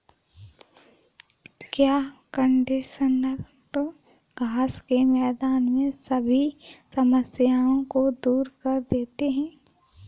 क्या कंडीशनर घास के मैदान में सभी समस्याओं को दूर कर देते हैं?